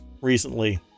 recently